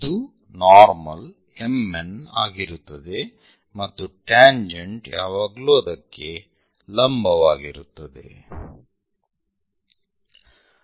ಇದು normal MN ಆಗಿರುತ್ತದೆ ಮತ್ತು ಟ್ಯಾಂಜೆಂಟ್ ಯಾವಾಗಲೂ ಅದಕ್ಕೆ ಲಂಬವಾಗಿರುತ್ತದೆ